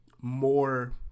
more